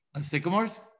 Sycamores